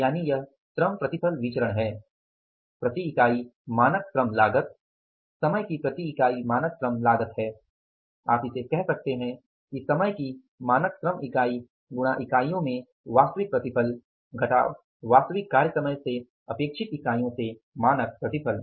यानि यह श्रम प्रतिफल विचरण है प्रति इकाई मानक श्रम लागत समय की प्रति इकाई मानक श्रम लागत है आप इसे कह सकते है समय की मानक श्रम इकाई गुणा इकाइयों में वास्तविक प्रतिफल घटाव वास्तविक कार्यसमय से अपेक्षित इकाइयों में मानक प्रतिफल